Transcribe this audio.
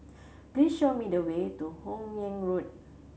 please show me the way to Hun Yeang Road